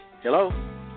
Hello